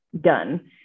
done